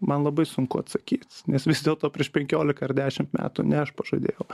man labai sunku atsakyt nes vis dėlto prieš penkiolika ar dešimt metų ne aš pažadėjau